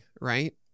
right